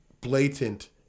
blatant